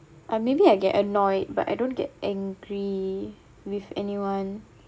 uh maybe I get annoyed but I don't get angry with anyone